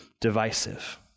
divisive